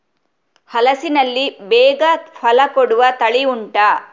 ಹಲಸಿನಲ್ಲಿ ಬೇಗ ಫಲ ಕೊಡುವ ತಳಿ ಉಂಟಾ